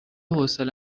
حوصله